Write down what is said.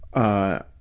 ah,